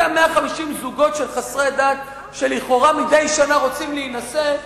אותם 150 זוגות של חסרי דת שלכאורה מדי שנה רוצים להינשא,